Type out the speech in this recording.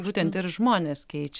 būtent ir žmonės keič